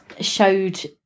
showed